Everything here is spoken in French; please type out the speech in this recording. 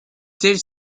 tels